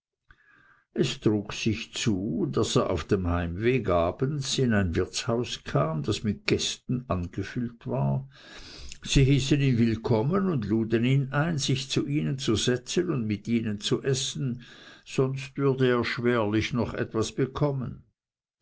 es trug sich zu daß er auf dem heimweg abends in ein wirtshaus kam das mit gästen angefüllt war sie hießen ihn willkommen und luden ihn ein sich zu ihnen zu setzen und mit ihnen zu essen sonst würde er schwerlich noch etwas bekommen